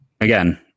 again